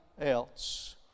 else